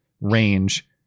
range